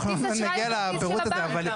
אנחנו, נגיע לפירוט הזה.